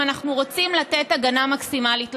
אם אנחנו רוצים לתת הגנה מקסימלית לילדים.